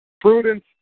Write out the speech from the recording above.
Prudence